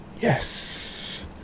Yes